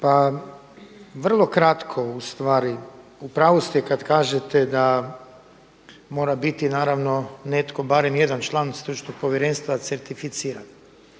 Pa vrlo kratko ustvari. U pravu ste kada kažete da mora biti naravno netko barem jedan član stručnog povjerenstva certificiran.